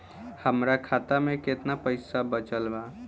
हमरा खाता मे केतना पईसा बचल बा?